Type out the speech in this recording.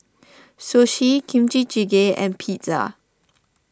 Sushi Kimchi Jjigae and Pizza